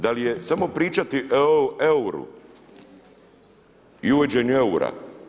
Da li je samo pričati o euru i uvođenju eura?